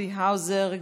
צבי האוזר,